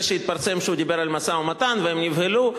שהתפרסם שהוא דיבר על משא-ומתן והם נבהלו,